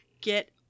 get